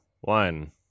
one